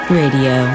radio